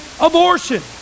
abortion